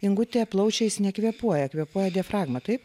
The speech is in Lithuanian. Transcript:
ingutė plaučiais nekvėpuoja kvėpuoja diafragma taip